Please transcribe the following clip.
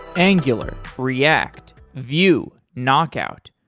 angular, react, view, knockout,